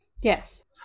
Yes